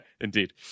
Indeed